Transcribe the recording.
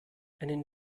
einen